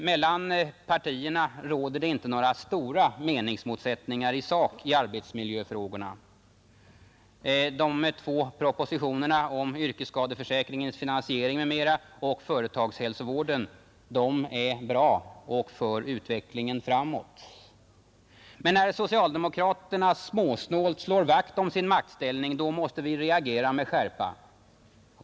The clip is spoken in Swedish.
Mellan partierna råder det inte i sak några stora meningsmotsättningar i arbetsmiljöfrågorna, De två propositionerna om yrkesskadeförsäkringens finansiering m.m. och företagshälsovården är bra och för utvecklingen framåt. Men när socialdemokraterna småsnålt slår vakt om sin maktställning måste vi reagera med skärpa.